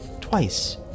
twice